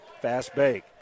fast-bake